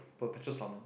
perpetual summer